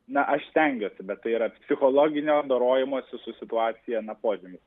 na aš stengiuosi bet tai yra psichologinio dorojimasi su situacija na požymis